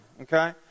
Okay